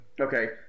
Okay